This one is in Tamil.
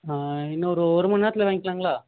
இன்னும் ஒரு ஒருமண் நேரத்தில் வாங்கிக்கலாங்களா